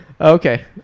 Okay